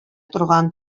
торган